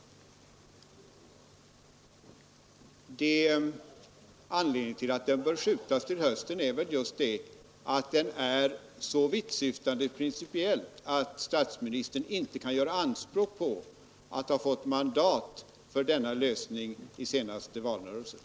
Anledningen till att propositionens behandling bör skjutas fram till hösten är just att den är så vittsyftande rent principiellt att statsministern inte kan göra anspråk på att ha fått mandat för denna lösning i senaste valrörelsen.